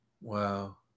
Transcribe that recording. Wow